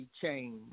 change